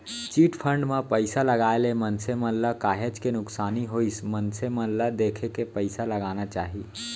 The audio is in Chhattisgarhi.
चिटफंड म पइसा लगाए ले मनसे मन ल काहेच के नुकसानी होइस मनसे मन ल देखे के पइसा लगाना चाही